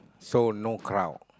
so no crowd